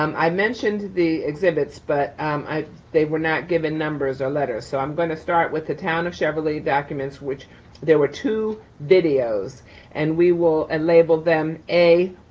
um i mentioned the exhibits, but they were not given numbers or letters. so i'm gonna start with the town of cheverly documents, which there were two videos and we will and label them a,